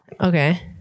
Okay